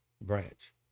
branch